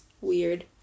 weird